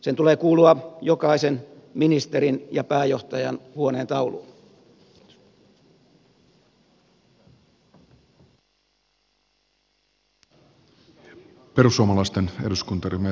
sen tulee kuulua jokaisen ministerin ja pääjohtajan huoneentauluun